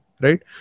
right